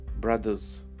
brothers